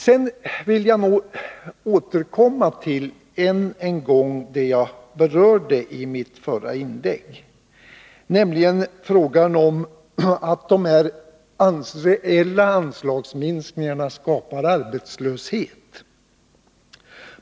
Sedan vill jag återkomma till vad jag berörde i mitt förra inlägg, nämligen frågan om de reella anslagsminskningarna skapar arbetslöshet.